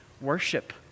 Worship